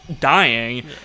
dying